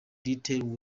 details